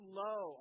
low